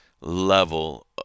level